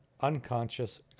unconscious